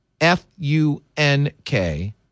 F-U-N-K